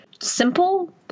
simple